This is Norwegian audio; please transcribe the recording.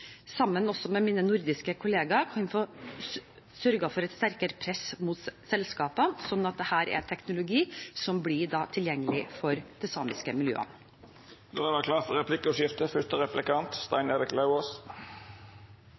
med mine nordiske kolleger, kan få sørget for et sterkere press på selskapene, slik at dette er teknologi som blir tilgjengelig for de samiske miljøene. Det vert replikkordskifte. Vi nærmer oss kalvingstiden for